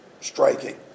striking